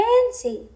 Fancy